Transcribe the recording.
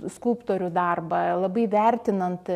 skulptorių darbą labai vertinant